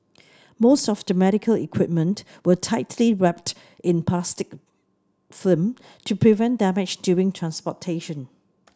most of the medical equipment were tightly wrapped in plastic film to prevent damage during transportation